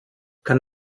kann